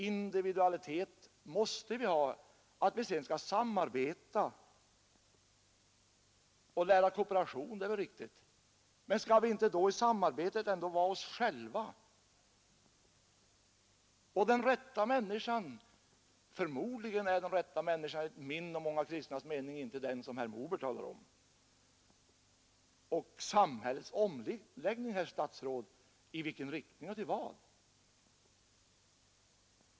Individualitet måste vi ha; att vi sedan skall samarbeta och lära oss kooperation är väl riktigt, men skall vi ändå inte i det samarbetet t att ha den vara oss själva? När det gäller den rätta människan, människan enligt min och många kristnas mening den som herr Moberg är förmodligen inte den rätta talar om. Och när det talas om samhällets omläggning, herr statsråd, i vilken riktning skall den ske och till vad?